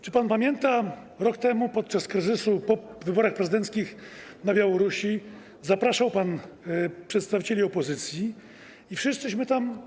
Czy pan pamięta, jak rok temu podczas kryzysu po wyborach prezydenckich na Białorusi zapraszał pan przedstawicieli opozycji i wszyscy tam.